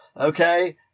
okay